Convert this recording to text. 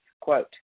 quote